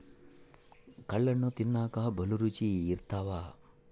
ಕಲ್ಲಣ್ಣು ತಿನ್ನಕ ಬಲೂ ರುಚಿ ಇರ್ತವ